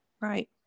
right